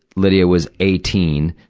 lydia was eighteen.